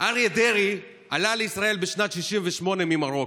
אריה דרעי עלה לישראל בשנת 1968 ממרוקו,